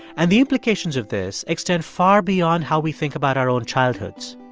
and the implications of this extend far beyond how we think about our own childhoods.